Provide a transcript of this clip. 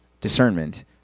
discernment